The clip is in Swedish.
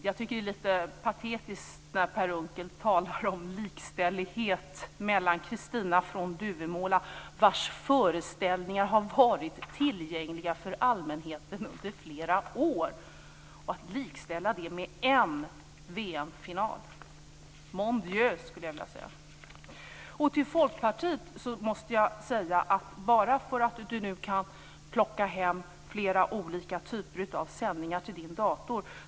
Jag tycker att det är lite patetiskt när Per Unckel talar om likställighet mellan dels Kristina från Duvemåla, vars föreställningar har varit tillgängliga för allmänheten under flera år, och dels en VM-final. Mon dieu! skulle jag vilja säga. Till Folkpartiet skulle jag vilja säga att man visserligen nu kan plocka hem flera olika typer sändningar till sin dator.